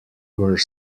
were